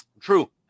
True